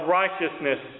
righteousness